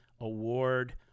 award